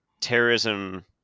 terrorism